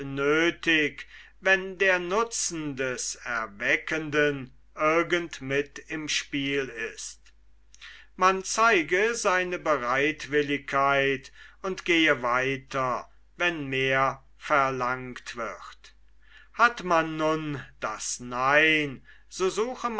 nöthig wenn der nutzen des erweckenden irgend mit im spiel ist man zeige seine bereitwilligkeit und gehe weiter wenn mehr verlangt wird hat man nun das nein so suche